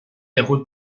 yahoo